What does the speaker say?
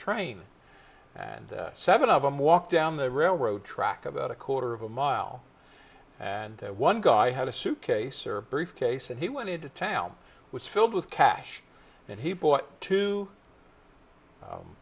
train and seven of them walked down the railroad track about a quarter of a mile and one guy had a suitcase or briefcase and he went into town was filled with cash and he bought two